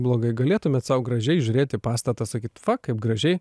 blogai galėtumėt sau gražiai žiūrėt į pastatą sakyt va kaip gražiai